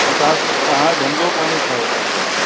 न तव्हां तव्हां धंधो पाणी छा था कयो